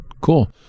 cool